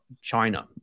China